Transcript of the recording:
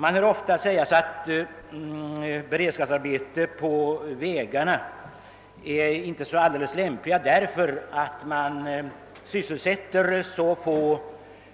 Man hör ofta sägas att det inte är så alldeles lämpligt att anordna beredskapsarbeten på vägarna på grund av att arbetena sysselsätter så få